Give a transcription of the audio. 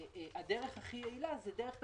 הדרך הכי יעילה היא דרך תחרותית,